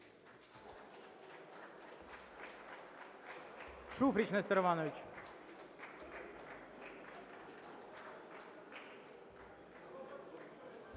Шуфрич Нестор Іванович.